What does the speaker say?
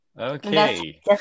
Okay